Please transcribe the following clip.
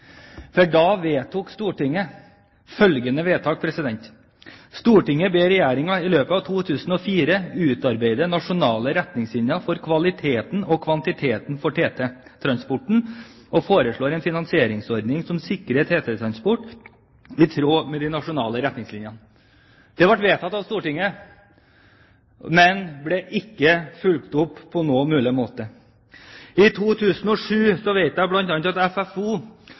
for da vedtok Stortinget følgende: «Stortinget ber Regjeringen i løpet av 2004 utarbeide nasjonale retningslinjer for kvaliteten og kvantiteten for TT-transporten og foreslå en finansieringsordning som sikrer TT-transport i tråd med de nasjonale retningslinjene.» Det ble vedtatt av Stortinget, men ble ikke fulgt opp på noen måte. Jeg vet at bl.a. FFO, Funksjonshemmedes Fellesorganisasjon, i 2007